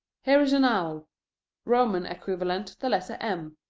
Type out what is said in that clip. here is an owl roman equivalent, the letter m.